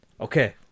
Okay